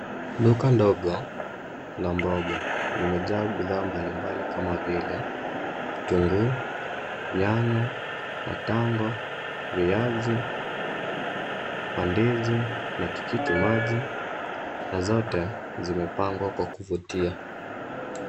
Duka ndogo la mboga limejaa bidhaa mbalimbali kama vile vitunguu, nyanya, matango, viazi, mandizi matikiti maji na zote zimepangwa kwa kuvutia.